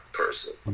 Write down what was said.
person